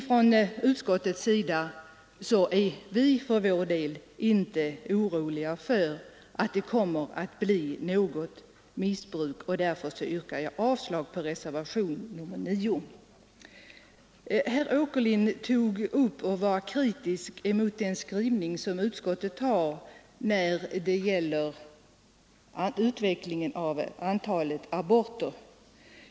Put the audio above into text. Från utskottets sida är vi inte oroliga för att det kommer att bli något missbruk. Därför yrkar jag avslag på reservationen 9. Herr Åkerlind var kritisk mot utskottets skrivning när det gäller utvecklingen av antalet aborter.